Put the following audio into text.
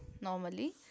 normally